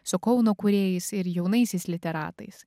su kauno kūrėjais ir jaunaisiais literatais